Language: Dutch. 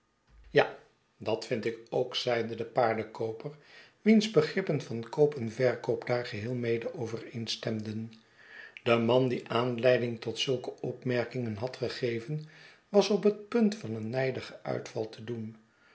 ja dat vind ik ook zeide de paardenkooper wiens begrippen van koop en verkoop daar geheel mede overeenstemden de man die aanleiding tot zulke opmerkingen had gegeven was op net punt van een nijdigen uitval te doen